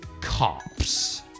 cops